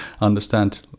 understand